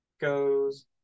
goes